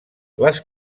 les